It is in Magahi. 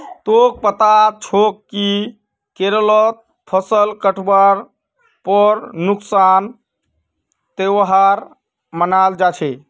तोक पता छोक कि केरलत फसल काटवार पर कुन्सा त्योहार मनाल जा छे